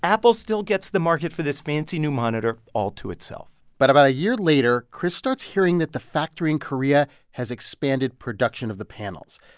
apple still gets the market for this fancy new monitor all to itself but about a year later, chris starts hearing that the factory in korea has expanded production of the panels.